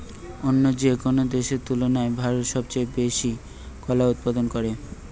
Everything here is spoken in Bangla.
অন্য যেকোনো দেশের তুলনায় ভারত সবচেয়ে বেশি কলা উৎপাদন করে